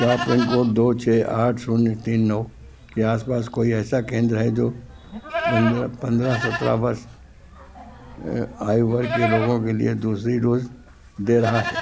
क्या pin code दो छः आठ शून्य तीन नौ के आस पास कोई ऐसा केंद्र है जो पंद्रह पंद्रह सत्रह वर्ष आयु वर्ग के लोगों के लिए दूसरी डोज़ दे रहा है